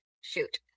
shoot